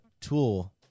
tool